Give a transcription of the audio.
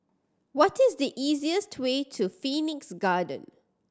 what is the easiest way to Phoenix Garden